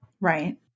Right